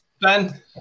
Ben